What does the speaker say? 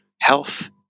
health